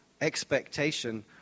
expectation